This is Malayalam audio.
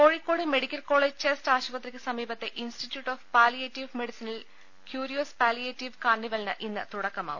കോഴിക്കോട് മെഡിക്കൽ കോളജ് ചെസ്റ്റ് ആശുപത്രിക്ക് സമീപത്തെ ഇൻസ്റ്റിറ്റ്യൂട്ട് ഓഫ് പാലിയേറ്റീവ് മെഡിസിനിൽ ക്യൂരിയോസ് പാലിയേറ്റീവ് കാർണിവലിന് ഇന്ന് തുടക്കമാവും